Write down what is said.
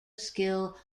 skill